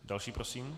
Další prosím.